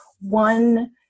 one